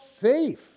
safe